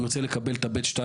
והוא רוצה לקבל ב-2,